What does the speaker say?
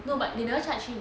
no but they never charge him